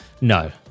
No